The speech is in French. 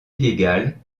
illégales